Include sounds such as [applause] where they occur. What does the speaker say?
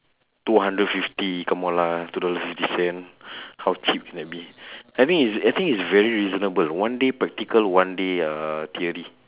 two hundred fifty come on lah two dollar fifty cent [breath] how cheap can that be [breath] I think it's I think it's very reasonable one day practical one day theory